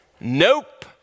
nope